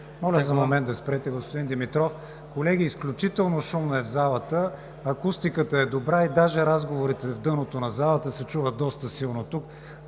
Моля за момент да спрете, господин Димитров! Колеги, изключително шумно е в залата! Акустиката е добра и даже разговорите в дъното на залата се чуват доста силно тук!